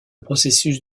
processus